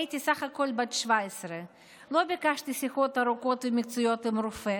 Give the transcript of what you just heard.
הייתי בסך הכול בת 17. לא ביקשתי שיחות ארוכות ומקצועיות עם רופא,